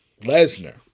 Lesnar